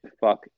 Fuck